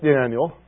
Daniel